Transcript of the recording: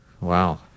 Wow